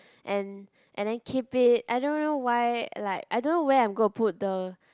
and and then keep it I don't even know why like I don't know where I'm gonna put the